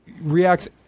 reacts